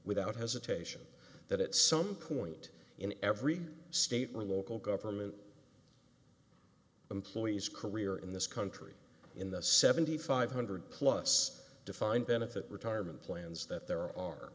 without hesitation that at some point in every state or local government employees career in this country in the seventy five hundred plus defined benefit retirement plans that there are